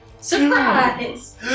Surprise